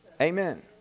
Amen